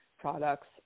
products